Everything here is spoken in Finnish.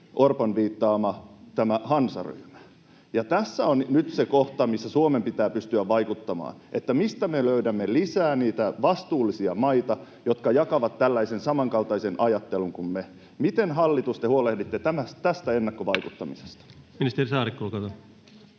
Orpon viittaama hansaryhmä. Tässä on nyt se kohta, missä Suomen pitää pystyä vaikuttamaan siihen, mistä me löydämme lisää niitä vastuullisia maita, jotka jakavat tällaisen samankaltaisen ajattelun kuin me. Miten, hallitus, te huolehditte tästä ennakkovaikuttamisesta? Ministeri Saarikko, olkaa hyvä.